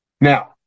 Now